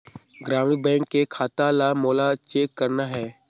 ग्रामीण बैंक के खाता ला मोला चेक करना हे?